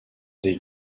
des